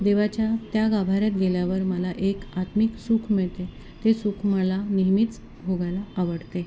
देवाच्या त्या गाभाऱ्यात गेल्यावर मला एक आत्मिक सुख मिळते ते सुख मला नेहमीच भोगायला आवडते